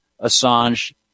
Assange